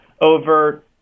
over